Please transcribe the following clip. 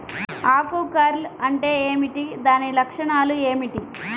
ఆకు కర్ల్ అంటే ఏమిటి? దాని లక్షణాలు ఏమిటి?